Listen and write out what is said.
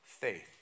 faith